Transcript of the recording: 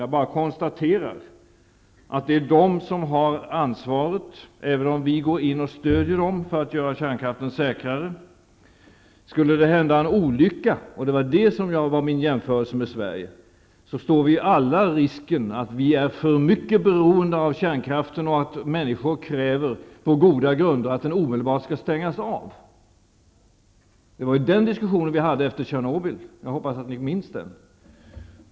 Jag konstaterar att det är de som har ansvaret, även om vi går in och stödjer dem för att göra kärnkraften säkrare. Skulle det hända en olycka -- och det var i det avseendet som jag gjorde jämförelsen med Sverige -- står vi alla risken att vi är för mycket beroende av kärnkraften och att människor på goda grunder kräver att den omedelbart skall stängas av. Den diskussionen förde vi efter Tjernobylolyckan. Jag hoppas att ni minns den.